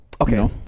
okay